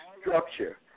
structure